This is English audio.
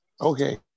okay